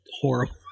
horrible